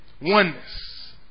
Oneness